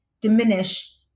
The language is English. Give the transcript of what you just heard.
diminish